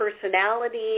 personality